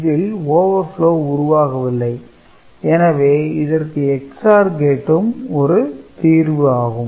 இதில் overflow உருவாகவில்லை எனவே இதற்கு XOR கேட்டும் ஒரு தீர்வு ஆகும்